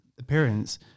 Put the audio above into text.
appearance